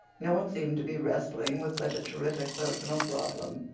no one seemed to be wrestling with such a terrific personal problem.